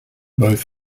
both